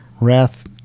wrath